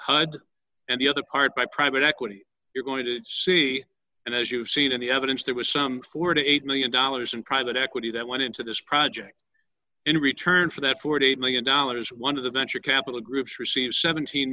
hud and the other part by private equity you're going to see and as you've seen in the evidence there was some forty eight million dollars in private equity that went into this project in return for that forty eight million dollars one cent of the venture capital groups receive seventeen